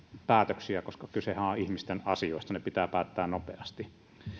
päätöksiä koska kysehän on ihmisten asioista ne pitää päättää nopeasti